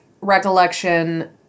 recollection